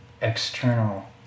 external